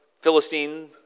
Philistine